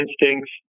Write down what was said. instincts